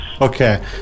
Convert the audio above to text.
Okay